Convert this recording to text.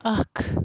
اکھ